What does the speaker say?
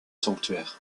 sanctuaires